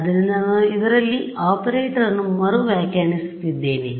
ಆದ್ದರಿಂದ ನಾನು ಇದರಲ್ಲಿ ಆಪರೇಟರ್ ಅನ್ನು ಮರು ವ್ಯಾಖ್ಯಾನಿಸುತ್ತಿದ್ದೇನೆ